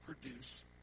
produce